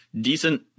decent